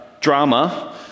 drama